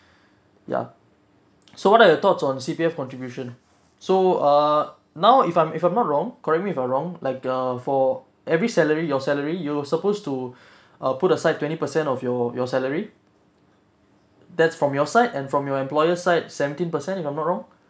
ya so what are your thoughts on C_P_F contribution so err now if I'm if I'm not wrong correct me if I'm wrong like uh for every salary your salary you supposed to uh put aside twenty percent of your your salary that's from your side and from your employer side seventeen per cent if I'm not wrong